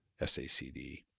SACD